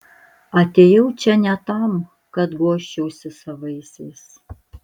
atėjau čia ne tam kad guosčiausi savaisiais